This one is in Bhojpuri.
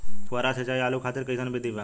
फुहारा सिंचाई आलू खातिर कइसन विधि बा?